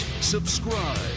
subscribe